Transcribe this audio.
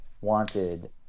wanted